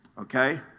Okay